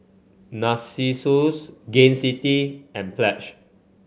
Narcissus Gain City and Pledge